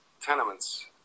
tenements